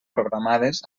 programades